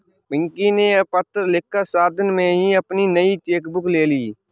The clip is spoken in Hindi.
पिंकी ने पत्र लिखकर सात दिन में ही अपनी नयी चेक बुक ले ली